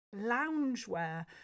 loungewear